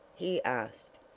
he asked.